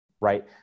right